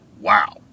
wow